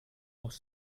aus